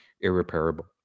irreparable